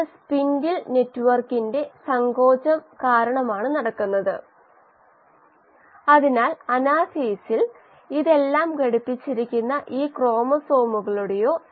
inlet flow നിരക്ക് F സ്ഥിരമാണ്